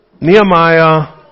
Nehemiah